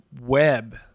web